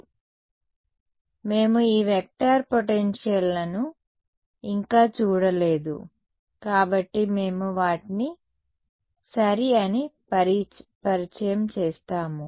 కాబట్టి మేము ఈ వెక్టర్ పొటెన్షియల్లను ఇంకా చూడలేదు కాబట్టి మేము వాటిని సరి అని పరిచయం చేస్తాము